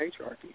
patriarchy